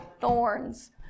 thorns